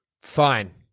Fine